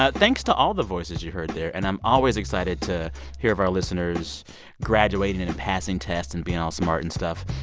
but thanks to all the voices you heard there. and i'm always excited to hear of our listeners graduating and passing tests and being all smart and stuff.